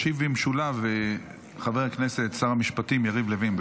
ישיב במשולב חבר הכנסת שר המשפטים יריב לוין.